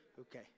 Okay